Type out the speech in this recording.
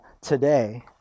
today